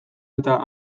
eta